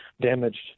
damaged